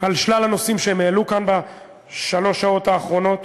על שלל הנושאים שהם העלו כאן בשלוש השעות האחרונות.